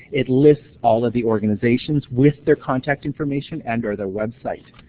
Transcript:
it lists all of the organizations with their contact information and or their website.